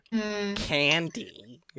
Candy